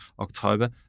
October